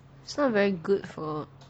it's not very good for